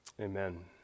Amen